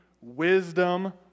wisdom